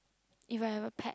if I have a pet